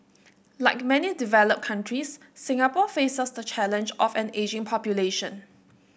like many developed countries Singapore faces the challenge of an ageing population